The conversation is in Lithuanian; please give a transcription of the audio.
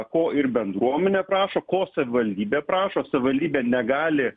ko ir bendruomenė prašo ko savivaldybė prašo savivaldybė negali